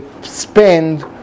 spend